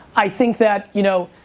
i think that you know,